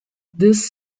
this